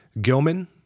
Gilman